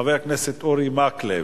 חבר הכנסת אורי מקלב.